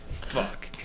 Fuck